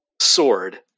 Sword